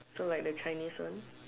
so like the Chinese one